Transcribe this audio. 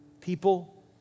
People